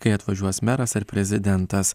kai atvažiuos meras ar prezidentas